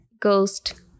ghost